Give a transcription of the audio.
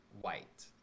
white